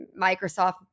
Microsoft